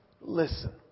listen